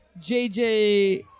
JJ